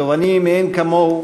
תובעני מאין-כמוהו,